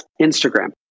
Instagram